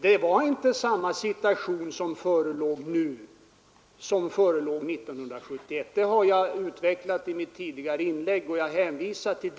Det förelåg inte samma situation nu som år 1971 — det har jag utvecklat i mitt tidigare inlägg, som jag hänvisar till.